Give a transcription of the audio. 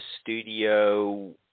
studio